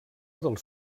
dels